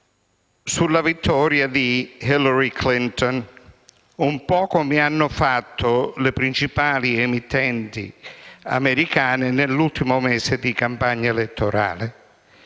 sulla vittoria di Hillary Clinton, un po' come hanno fatto le principali emittenti americane nell'ultimo mese di campagna elettorale,